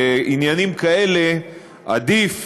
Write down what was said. ועניינים כאלה עדיף,